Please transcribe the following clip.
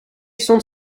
stond